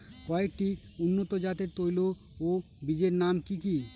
কয়েকটি উন্নত জাতের তৈল ও বীজের নাম কি কি?